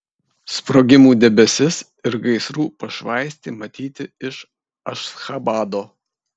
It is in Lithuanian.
sprogimų debesis ir gaisrų pašvaistė matyti iš ašchabado